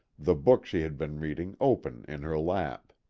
the book she had been reading open in her lap.